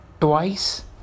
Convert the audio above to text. twice